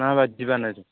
माबायदि बानायदों